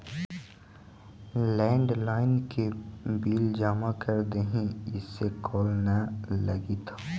landline के bill जमा कर देहीं, इसे कॉल न लगित हउ